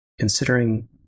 considering